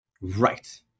Right